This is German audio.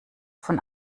von